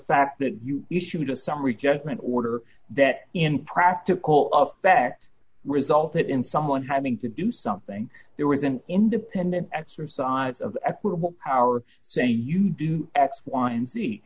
fact that you used to just summary judgment order that in practical effect resulted in someone having to do something there was an independent exercise of equitable power saying you do x y and z